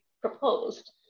proposed